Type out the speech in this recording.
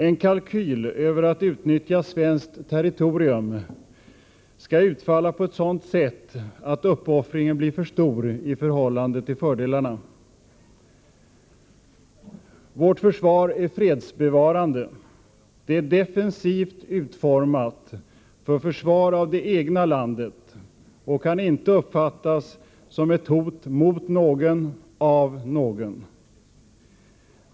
En kalkyl över att utnyttja svenskt territorium skall utfalla på ett sådant sätt att uppoffringen känns för stor i förhållande till fördelarna. Vårt försvar är fredsbevarande. Det är defensivt utformat för försvar av det egna landet och kan inte uppfattas som ett hot mot någon av någon.